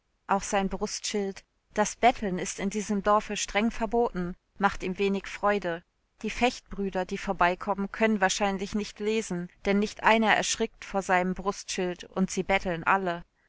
auch sein brustschild das betteln ist in diesem dorfe streng verboten macht ihm wenig freude die fechtbrüder die vorbeikommen können wahrscheinlich nicht lesen denn nicht einer erschrickt vor seinem brustschild und sie betteln alle